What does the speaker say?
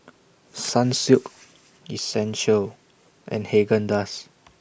Sunsilk Essential and Haagen Dazs